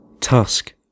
Tusk